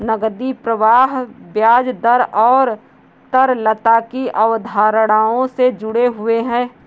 नकदी प्रवाह ब्याज दर और तरलता की अवधारणाओं से जुड़े हुए हैं